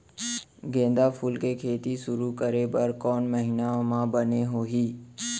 गेंदा फूल के खेती शुरू करे बर कौन महीना मा बने होही?